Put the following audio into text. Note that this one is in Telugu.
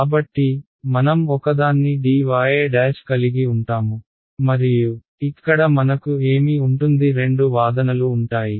కాబట్టి మనం ఒకదాన్ని dy కలిగి ఉంటాము మరియు ఇక్కడ మనకు ఏమి ఉంటుంది రెండు వాదనలు ఉంటాయి